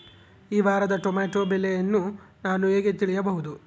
ಈ ವಾರದ ಟೊಮೆಟೊ ಬೆಲೆಯನ್ನು ನಾನು ಹೇಗೆ ತಿಳಿಯಬಹುದು?